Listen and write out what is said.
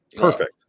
perfect